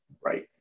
Right